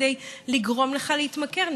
כדי לגרום לך להתמכר.